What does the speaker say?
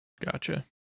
Gotcha